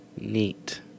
Neat